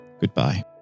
goodbye